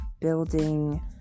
Building